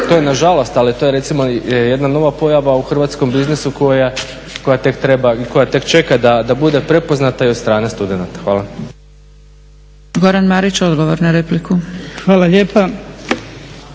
to je nažalost ali to je recimo jedna nova pojava u hrvatskom biznisu koja tek čeka da bude prepoznata i do strane studenata. Hvala. **Zgrebec, Dragica (SDP)** Goran Marić, odgovor na repliku. **Marić,